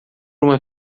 uma